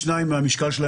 שנייה.